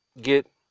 get